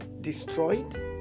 destroyed